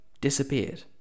disappeared